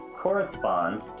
correspond